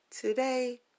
today